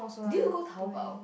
did you go Taobao